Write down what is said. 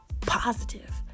positive